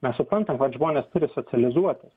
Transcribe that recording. mes suprantam kad žmonės turi socializuotis